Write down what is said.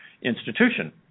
institution